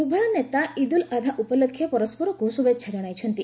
ଉଭୟ ନେତା ଇଦ୍ ଉଲ୍ ଆଧା ଉପଲକ୍ଷେ ପରସ୍କରକୁ ଶୁଭେଚ୍ଛା କଣାଇଚ୍ଛନ୍ତି